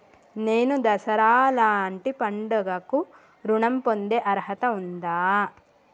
నేను దసరా లాంటి పండుగ కు ఋణం పొందే అర్హత ఉందా?